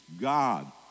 God